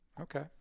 Okay